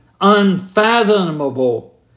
unfathomable